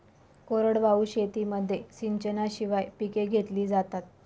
कोरडवाहू शेतीमध्ये सिंचनाशिवाय पिके घेतली जातात